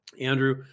Andrew